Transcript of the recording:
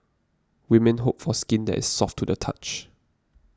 women hope for skin that is soft to the touch